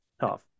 Tough